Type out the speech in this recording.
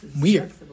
weird